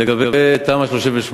לגבי תמ"א 38,